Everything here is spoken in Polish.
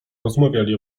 rozmawiali